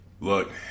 Look